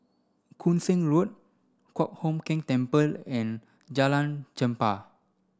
Koon Seng Road Kong Hock Keng Temple and Jalan Chempah